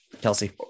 Kelsey